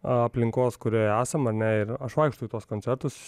aplinkos kurioje esam ar ne ir aš vaikštau į tuos koncertus